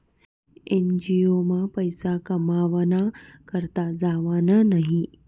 NGO मा पैसा कमावाना करता जावानं न्हयी